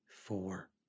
Four